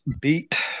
beat